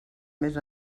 més